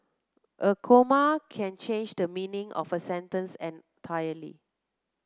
a comma can change the meaning of a sentence entirely